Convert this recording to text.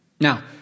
Now